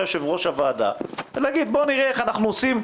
יושב-ראש הוועדה ולהגיד: בואו נראה איך אנחנו עושים,